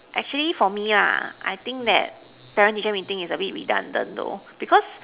actually for me lah I think that parent teacher meeting is redundant though because